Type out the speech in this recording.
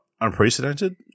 unprecedented